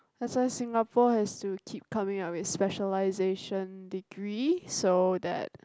that's why Singapore has to keep coming up with specialisation degree so that